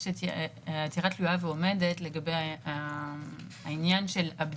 זה מעיד על תחלואה שהיא לא מקומית ממוקדת אלא מתחילה להיות מפושטת.